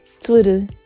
Twitter